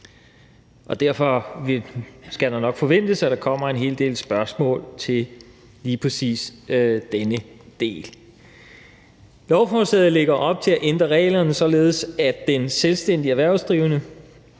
Derfor skal det nok forventes, at der kommer en hel del spørgsmål til lige præcis denne del. Lovforslaget lægger op til at ændre reglerne, således at den selvstændigt erhvervsdrivende,